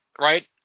right